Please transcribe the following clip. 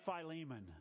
Philemon